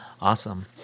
Awesome